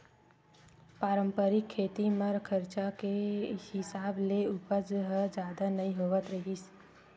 पारंपरिक खेती म खरचा के हिसाब ले उपज ह जादा नइ होवत रिहिस